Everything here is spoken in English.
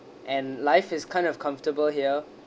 and life is kind of comfortable here